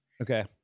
Okay